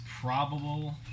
probable